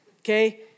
okay